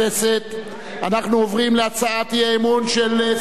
אנחנו עוברים להצעת האי-אמון של סיעת רע"ם-תע"ל,